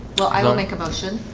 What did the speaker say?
well, i don't make a motion